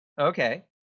Okay